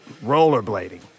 rollerblading